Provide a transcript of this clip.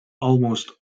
almost